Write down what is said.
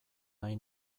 nahi